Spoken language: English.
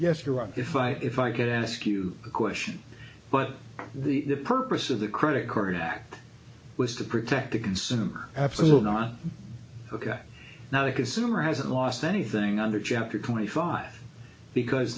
are if i if i could ask you a question but the purpose of the credit card act was to protect the consumer absolutely not ok now the consumer hasn't lost anything under chapter twenty five because